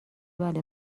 بله